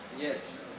Yes